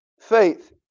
Faith